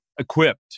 Equipped